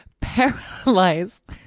paralyzed